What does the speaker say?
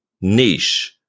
niche